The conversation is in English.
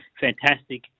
Fantastic